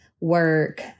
work